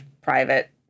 private